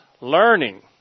learning